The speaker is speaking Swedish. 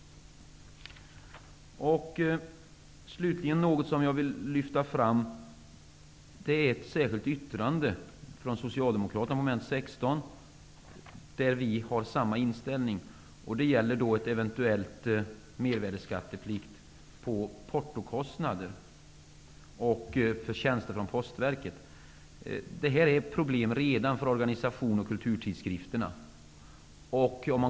Slutligen vill jag lyfta fram ett särskilt yttrande från Socialdemokraterna, mom. 16, där vi har samma inställning. Det gäller en eventuell mervärdesskatteplikt på portokostnader och tjänster från Postverket. Det här är redan ett problem för organisations och kulturtidskrifterna.